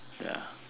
ya